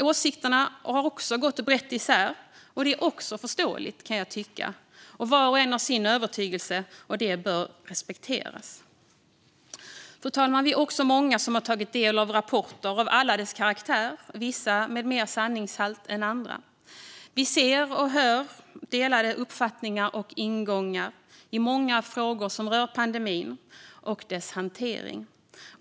Åsikterna har gått brett isär, och det är också förståeligt. Var och en har sin övertygelse, och det bör respekteras. Fru talman! Vi är också många som har tagit del av rapporter av alla sorters karaktär, vissa med mer sanningshalt än andra. Vi ser och hör delade uppfattningar och ingångar i många frågor som rör pandemin och dess hantering.